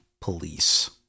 police